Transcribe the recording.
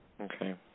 Okay